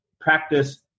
practice